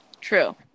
True